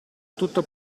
tutto